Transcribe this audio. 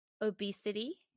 obesity